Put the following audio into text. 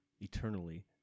eternally